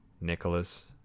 Nicholas